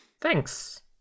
Thanks